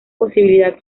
posibilidad